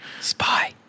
Spy